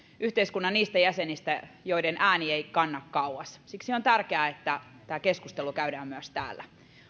yhteiskunnan niistä jäsenistä joiden ääni ei kanna kauas siksi on tärkeää että tämä keskustelu käydään myös täällä